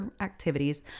activities